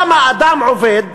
למה אדם עובד